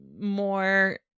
more